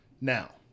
Now